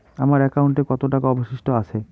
আমার একাউন্টে কত টাকা অবশিষ্ট আছে?